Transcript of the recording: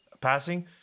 passing